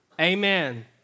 Amen